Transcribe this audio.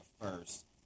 first